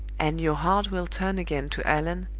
and your heart will turn again to allan,